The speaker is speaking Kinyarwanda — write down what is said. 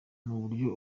nuburyo